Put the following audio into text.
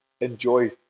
enjoy